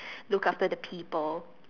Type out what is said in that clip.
look after the people